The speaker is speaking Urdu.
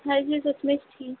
ہر چیز اس مچ تھی